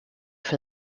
für